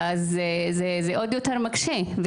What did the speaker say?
זה עוד יותר מקשה.